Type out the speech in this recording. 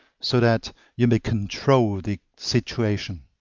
so that you may control the situation.